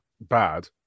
bad